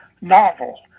novel